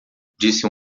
disse